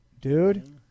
dude